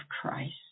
Christ